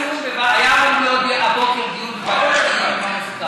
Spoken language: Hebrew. היה אמור להיות הבוקר דיון בוועדת הפנים עם המפכ"ל.